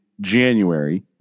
january